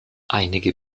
einige